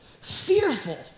fearful